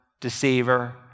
deceiver